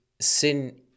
sin